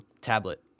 tablet